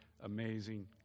Amazing